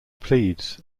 pleads